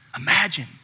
imagine